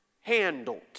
handled